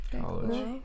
College